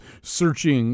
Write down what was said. searching